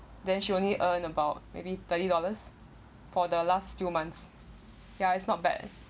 then she only earn about maybe thirty dollars for the last few months ya it's not bad